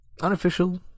Unofficial